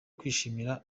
kwishimira